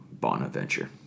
Bonaventure